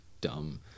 dumb